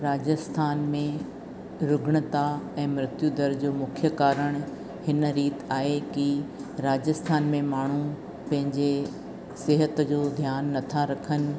राजस्थान में रूगणता ऐं मृत्यू दर जो मुख्य कारण हिन रीत आहे की राजस्थान में माण्हू पंहिंजे सिहत जो ध्यानु नथा रखनि